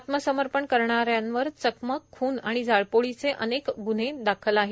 आत्मसमर्पण करणाऱ्यांवर चकमक खून आणि जाळपोळीचे अनेक ग्न्हे दाखल आहेत